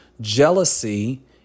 jealousy